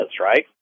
right